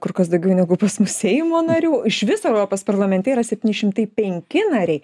kur kas daugiau negu pas mus seimo narių iš viso europos parlamente yra septyni šimtai penki nariai